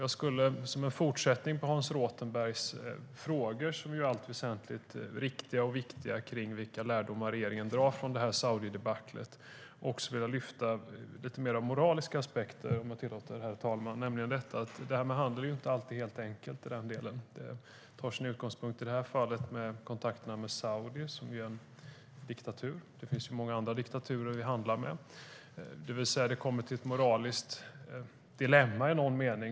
Jag skulle som en fortsättning på Hans Rothenbergs i allt väsentligt riktiga och viktiga frågor om vilka lärdomar regeringen drar av Saudidebaclet även vilja lyfta lite mer moraliska aspekter, om herr talmannen tillåter. Det här med handel är inte alltid helt enkelt. I det här fallet är utgångspunkten kontakterna med Saudiarabien, som är en diktatur. Det finns många andra diktaturer vi handlar med. I någon mening blir det ett moraliskt dilemma.